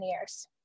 years